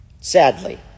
Sadly